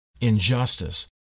injustice